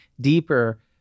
deeper